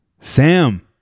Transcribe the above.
Sam